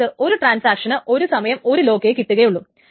അതായത് ഒരു ട്രാൻസാക്ഷന് ഒരു സമയം ഒരു ലോക്കേ കിട്ടുകയുള്ളു